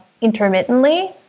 intermittently